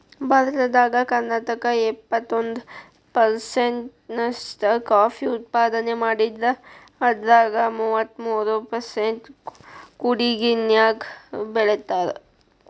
ಭಾರತದಾಗ ಕರ್ನಾಟಕ ಎಪ್ಪತ್ತೊಂದ್ ಪರ್ಸೆಂಟ್ ನಷ್ಟ ಕಾಫಿ ಉತ್ಪಾದನೆ ಮಾಡಿದ್ರ ಅದ್ರಾಗ ಮೂವತ್ಮೂರು ಪರ್ಸೆಂಟ್ ಕೊಡಗಿನ್ಯಾಗ್ ಬೆಳೇತಾರ